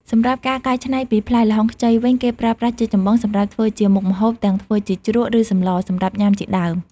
សម្រាប់ការកែច្នៃពីផ្លែល្ហុងខ្ចីវិញ គេប្រើប្រាស់ជាចម្បងសម្រាប់ធ្វើជាមុខម្ហូប ទាំងធ្វើជាជ្រក់ ឬសម្លរ សម្រាប់ញាំជាដើម។